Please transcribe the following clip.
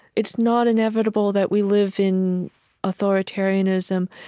it's not inevitable that we live in authoritarianism.